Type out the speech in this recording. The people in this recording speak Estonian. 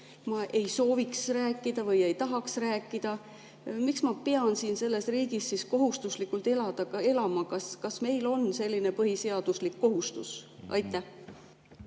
ma ei sooviks rääkida või ei tahaks rääkida. Miks ma pean siin selles riigis kohustuslikult elama? Kas meil on selline põhiseaduslik kohustus? Aitäh!